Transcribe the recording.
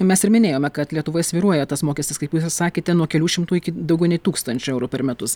mes ir minėjome kad lietuvoj svyruoja tas mokestis kaip sakėte nuo kelių šimtų iki daugiau nei tūkstančio eurų per metus